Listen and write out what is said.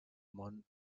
món